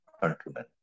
countrymen